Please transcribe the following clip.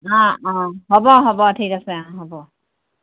অ' অ' হ'ব হ'ব ঠিক আছে অ' হ'ব